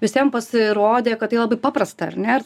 visiem pasirodė kad tai labai paprasta ar ne